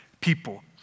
people